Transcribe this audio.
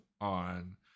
on